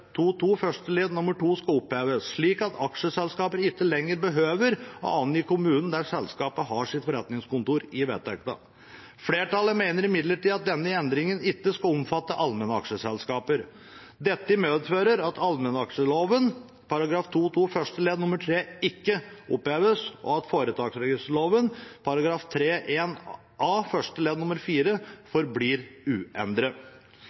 første ledd nr. 2 skal oppheves, slik at aksjeselskaper ikke lenger behøver å angi kommunen der selskapet skal ha sitt forretningskontor, i vedtektene. Flertallet mener imidlertid at denne endringen ikke skal omfatte allmennaksjeselskaper. Dette medfører at allmennaksjeloven § 2-2 første ledd nr. 3 ikke oppheves, og at foretaksregisterloven § 3-1 a første ledd nr. 4 forblir uendret.